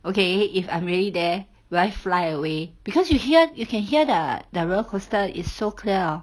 okay if I'm really there will I fly away because you hear you can hear the the roller coaster it's so clear hor